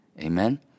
Amen